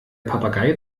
papagei